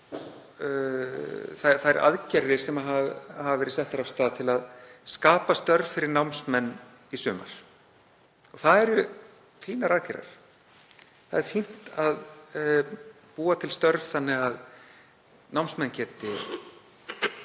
í þær aðgerðir sem settar hafa verið af stað til að skapa störf fyrir námsmenn í sumar. Það eru fínar aðgerðir, það er fínt að búa til störf þannig að námsmenn geti